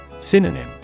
Synonym